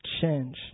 change